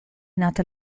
nata